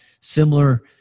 similar